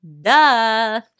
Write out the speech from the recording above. Duh